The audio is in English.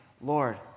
Lord